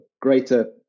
greater